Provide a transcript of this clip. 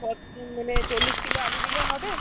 কত মানে চল্লিশ কিলো আলু দিলে হবে